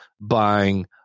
buying